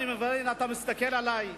אתה מסתכל עלי,